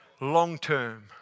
long-term